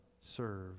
serve